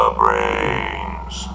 brains